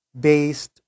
based